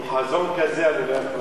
עם חזון כזה, בוודאי.